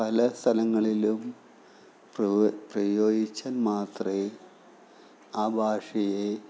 പല സ്ഥലങ്ങളിലും പ്രയോഗിച്ചാൽ മാത്രമേ ആ ഭാഷയെ